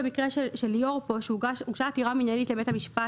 במקרה של ליאור הוגשה עתירה מנהלית לבית המשפט